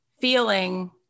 feeling